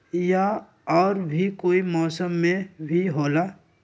या और भी कोई मौसम मे भी होला?